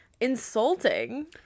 insulting